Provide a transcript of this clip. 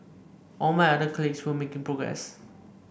all my other colleagues were making progress